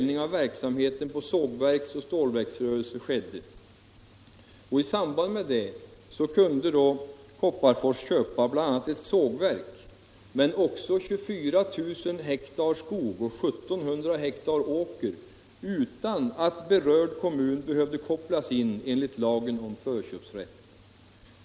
Där skedde en indelning på sågverksoch stålverksrörelse som gjorde att Kopparfors kunde köpa bl.a. ett sågverk men också 24 000 ha skog och 1 700 ha åkermark utan att berörd kommun behövde kopplas in enligt lagen om förköpsrätt.